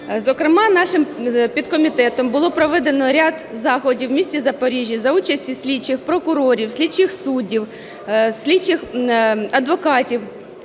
Зокрема, нашим підкомітетом було проведено ряд заходів в місті Запоріжжя за участі слідчих, прокурорів, слідчих суддів, слідчих адвокатів,